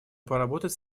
поработать